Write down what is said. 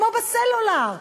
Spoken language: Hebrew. כמו בסלולר.